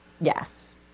Yes